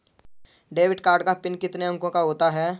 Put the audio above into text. Debit card का pin कितने अंकों का होता है?